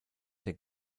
der